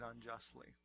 unjustly